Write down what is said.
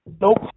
Nope